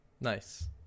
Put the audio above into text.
Nice